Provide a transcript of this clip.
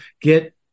get